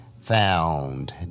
Found